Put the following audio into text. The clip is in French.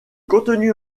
contenu